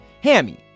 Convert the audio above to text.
Hammy